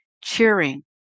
cheering